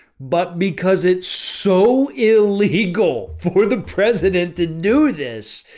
but because it's so illegal for the president to do this,